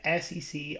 SEC